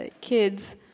kids